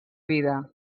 vida